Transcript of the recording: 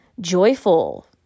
joyful